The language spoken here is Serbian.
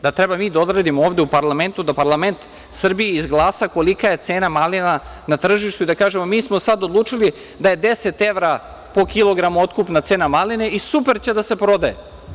Da treba mi ovde da odredimo u parlamentu da parlament Srbije izglasa kolika je cena malina na tržištu i da kažemo – mi smo sad odlučili da je 10 evra po kilogramu otkupna cena maline i super će da se prodaje.